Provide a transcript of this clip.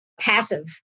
passive